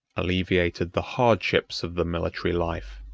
alleviated the hardships of the military life,